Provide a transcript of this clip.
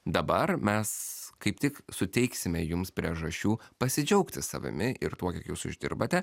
dabar mes kaip tik suteiksime jums priežasčių pasidžiaugti savimi ir tuo kiek jūs uždirbate